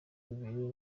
bibiri